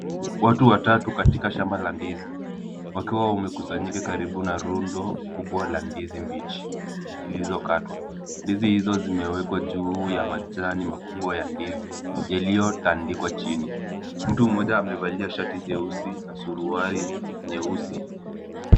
Watu watatu katika shamba la ndizi wakiwa wamekusanyika karibu na rundo kubwa la ndizi mbichi zilizokatwa. Ndizi hizo zimewekwa juu ya majani makubwa ya ndizi yaliyotandikwa chini. Mtu mmoja amevalia shati jeusi na suruali nyeusi.